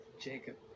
Jacob